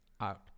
out